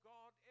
God